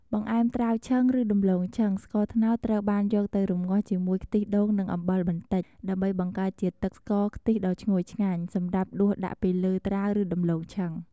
បង្អែមត្រាវឆឹងឬដំឡូងឆឹង ស្ករត្នោតត្រូវបានយកទៅរំងាស់ជាមួយខ្ទិះដូងនិងអំបិលបន្តិច ដើម្បីបង្កើតជាទឹកស្ករខ្ទិះដ៏ឈ្ងុយឆ្ងាញ់សម្រាប់ដួសដាក់ពីលើត្រាវឬដំឡូងឆឹង។